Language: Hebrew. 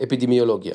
אפידמיולוגיה